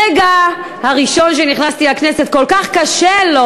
מהרגע הראשון שנכנסתי לכנסת כל כך קשה לו,